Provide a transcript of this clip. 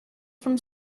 from